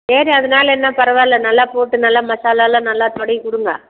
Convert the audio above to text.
சரி அதனால என்ன பரவால்லை நல்லா போட்டு நல்லா மாசாலா எல்லாம் நல்லா தடவிக்கொடுங்க